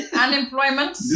Unemployment